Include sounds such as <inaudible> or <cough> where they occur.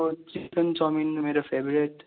<unintelligible> chicken chow mein मेरो favourite